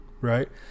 right